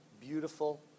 beautiful